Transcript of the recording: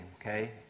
okay